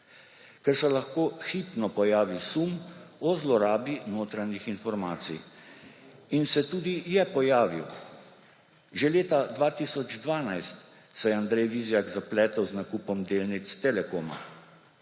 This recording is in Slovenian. ker se lahko hitro pojavi sum o zlorabi notranjih informacij − in se tudi je pojavil. Že leta 2012 se je Andrej Vizjak zapletel z nakupom delnic Telekoma.